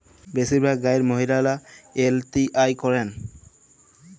বেশিরভাগ গাঁয়ের মহিলারা এল.টি.আই করেন